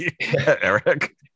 Eric